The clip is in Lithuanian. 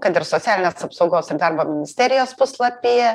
kad ir socialinės apsaugos ir darbo ministerijos puslapyje